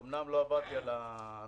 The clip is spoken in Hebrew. אומנם לא עברתי על הנוהל